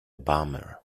bummer